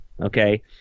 okay